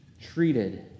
treated